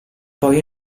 poi